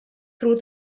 through